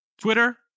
Twitter